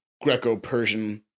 Greco-Persian